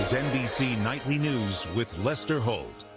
nbc nightly news with lester holt.